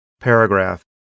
paragraph